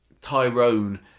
Tyrone